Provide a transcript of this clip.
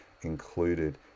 included